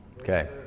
Okay